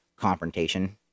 confrontation